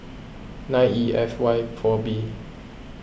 nine E F Y four B